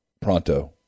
pronto